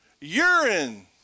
urine